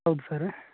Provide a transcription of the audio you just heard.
ಹೌದು ಸರ್